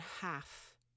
half